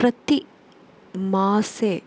प्रति मासे